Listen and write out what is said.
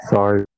Sorry